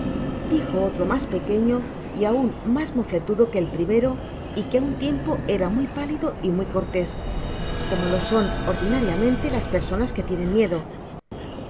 dijo otro mas pequeño y aun mas mofletudo que el primero y que á un tiempo era muy pálido y muy cortés como lo son ordinariamente las personas que tienen miedo